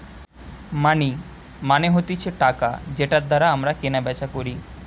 মানি মানে হতিছে টাকা যেটার দ্বারা আমরা কেনা বেচা করি